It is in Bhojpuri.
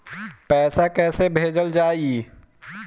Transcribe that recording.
पैसा कैसे भेजल जाइ?